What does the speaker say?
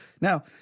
Now